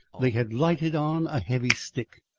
they had lighted on a heavy stick.